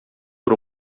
por